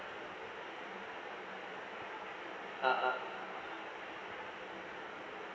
ah ah